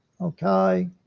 okay